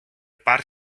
parc